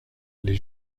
les